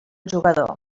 jugador